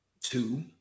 two